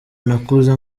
nakuze